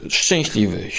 szczęśliwy